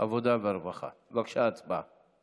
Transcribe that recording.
החטיפה קרתה מחוץ למקלט, וזה היה חשוב להדגיש את